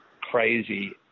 crazy